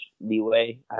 leeway